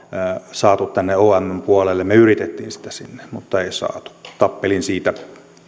saatu tänne omn puolelle me yritimme sitä sinne mutta emme saaneet tappelin siitä